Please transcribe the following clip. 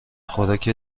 خوراک